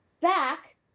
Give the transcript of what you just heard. back